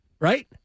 right